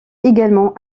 également